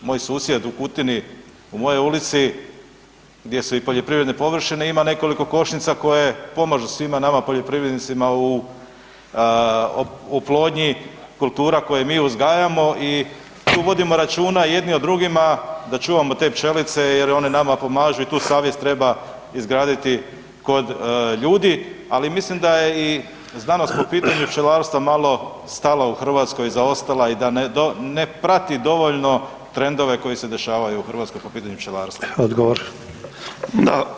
Moj susjed u Kutini u mojoj ulici gdje su i poljoprivredne površine ima nekoliko košnica koje pomažu svima nama poljoprivrednicima u oplodnji kultura koje mi uzgajamo i tu vodimo računa jedni o drugima da čuvamo te pčelice jer one nama pomažu i tu savjest treba izgraditi kod ljudi, ali mislim da je i znanost po pitanju pčelarstva malo stala u Hrvatskoj, zaostala i da ne prati dovoljno trendove koji se dešavaju u Hrvatskoj po pitanju pčelarstva.